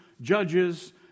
judges